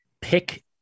pick